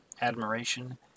admiration